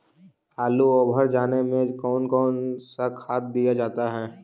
आलू ओवर जाने में कौन कौन सा खाद दिया जाता है?